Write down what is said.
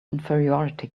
inferiority